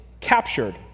captured